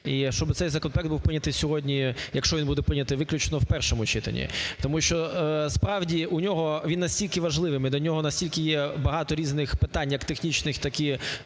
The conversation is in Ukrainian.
і щоб цей законопроект був прийнятий сьогодні, якщо він буде прийнятий виключно в першому читанні. Тому що, справді, у нього… він настільки важливий і до нього настільки є багато різних питань як технічних, так